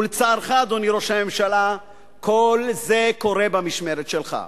ולצערך, אדוני ראש הממשלה, כל זה קורה במשמרת שלך.